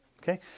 Okay